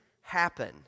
happen